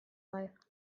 life